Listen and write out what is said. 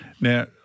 Now